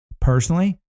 Personally